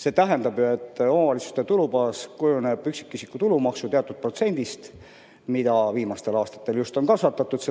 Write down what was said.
See tähendab, et omavalitsuste tulubaas kujuneb üksikisiku tulumaksu teatud protsendist, mida viimastel aastatel on just kasvatatud,